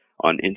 on